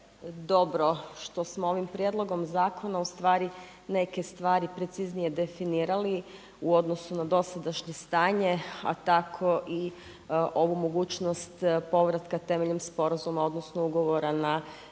dobro što smo ovim prijedlogom zakona neke stvari preciznije definirali u odnosu na dosadašnje stanje, a tako i ovu mogućnost povratka temeljem sporazuma odnosno ugovora na poslove